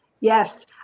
Yes